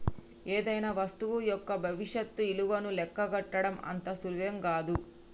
ఏదైనా వస్తువు యొక్క భవిష్యత్తు ఇలువను లెక్కగట్టడం అంత సులువేం గాదు